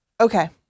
Okay